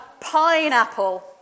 pineapple